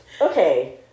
okay